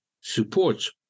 supports